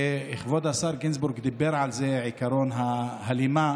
וכבוד השר גינזבורג דיבר על זה: עקרון ההלימה,